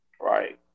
Right